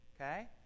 Okay